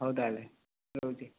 ହଉ ତାହେଲେ ରହୁଛି